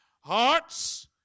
Hearts